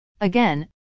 Again